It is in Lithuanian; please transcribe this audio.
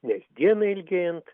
nes dienai ilgėjant